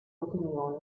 opinioni